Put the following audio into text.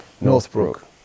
Northbrook